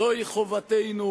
זוהי חובתנו,